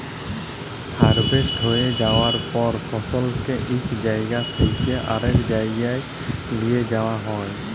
harvest হঁয়ে যাউয়ার পর ফসলকে ইক জাইগা থ্যাইকে আরেক জাইগায় লিঁয়ে যাউয়া হ্যয়